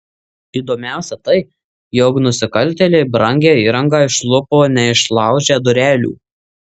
įdomiausia tai jog nusikaltėliai brangią įrangą išlupo neišlaužę durelių